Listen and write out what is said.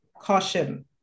caution